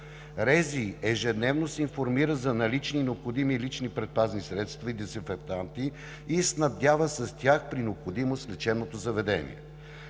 РЗИ ежедневно се информира за налични и необходими лични предпазни средства и дезинфектанти и снабдява с тях при необходимост лечебното заведение.